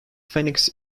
phoenix